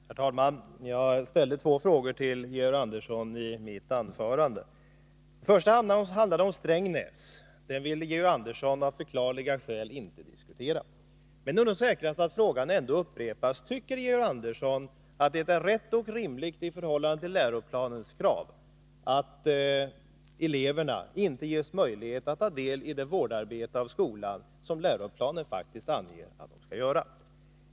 Herr talman! Jag ställde i mitt anförande två frågor till Georg Andersson. Den första handlade om Strängnäs, och den ville Georg Andersson av förklarliga skäl inte diskutera. Men det är nog säkrast att frågan ändå upprepas: Tycker Georg Andersson att det är rätt och rimligt i förhållande till läroplanens krav att eleverna inte ges möjlighet att ta deli det vårdarbete vad gäller skolan som läroplanen faktiskt anger att de skall utföra?